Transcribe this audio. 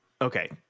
Okay